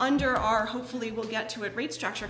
under our hopefully we'll get to it rate structure